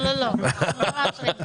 לא, לא, אנחנו לא מאשרים.